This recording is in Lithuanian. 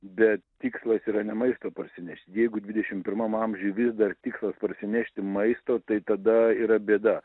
bet tikslas yra ne maisto parsineš jeigu dvidešim pirmam amžiuj vis dar tikslas parsinešti maisto tai tada yra bėda